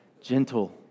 Gentle